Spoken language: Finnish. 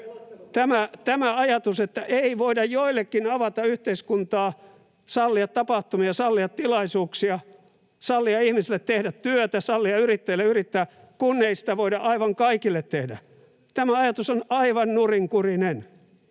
Tämä ajatus, että ei voida joillekin avata yhteiskuntaa, sallia tapahtumia, sallia tilaisuuksia, sallia ihmisille tehdä työtä, sallia yrittäjille yrittää, kun ei sitä voida aivan kaikille tehdä, on aivan nurinkurinen.